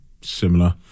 similar